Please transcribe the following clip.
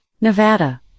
Nevada